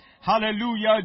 Hallelujah